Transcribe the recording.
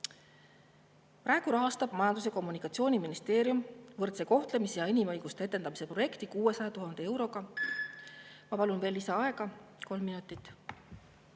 Praegu rahastab Majandus- ja Kommunikatsiooniministeerium võrdse kohtlemise ja inimõiguste edendamise projekti 600 000 euroga. Ma palun lisaaega kolm minutit.